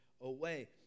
away